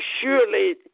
surely